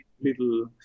little